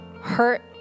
hurt